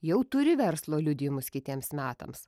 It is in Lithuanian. jau turi verslo liudijimus kitiems metams